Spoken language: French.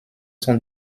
sont